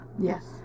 Yes